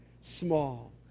small